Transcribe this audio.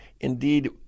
Indeed